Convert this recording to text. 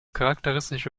charakteristische